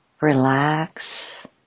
Relax